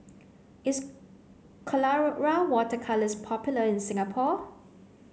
is Colora water colours popular in Singapore